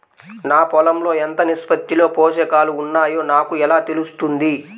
నా పొలం లో ఎంత నిష్పత్తిలో పోషకాలు వున్నాయో నాకు ఎలా తెలుస్తుంది?